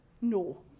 no